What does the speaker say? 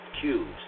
cubes